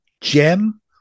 Gem